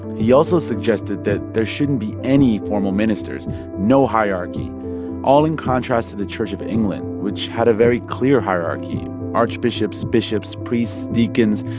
he also suggested that there shouldn't be any formal ministers no hierarchy all in contrast to the church of england, which had a very clear hierarchy archbishops, bishops, priests, deacons.